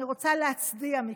אני רוצה להצדיע מכאן,